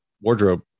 wardrobe